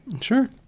Sure